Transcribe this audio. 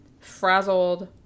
frazzled